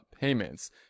payments